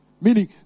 meaning